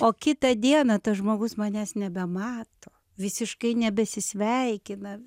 o kitą dieną tas žmogus manęs nebemato visiškai nebesisveikina